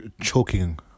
choking